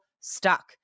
stuck